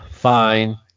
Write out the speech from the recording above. Fine